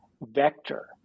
vector